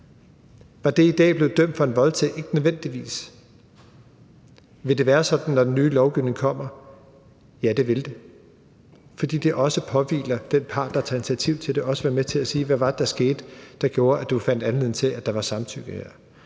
Var det i dag blevet dømt som en voldtægt? Ikke nødvendigvis. Vil det være sådan, når den nye lovgivning kommer? Ja, det vil det. Fordi det påhviler den part, der har taget initiativ til det, også at være med til at sige noget. Hvad det var, der skete, som gjorde, at du fandt anledning til, at der her var samtykke? Jeg